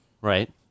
right